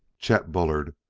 chet bullard,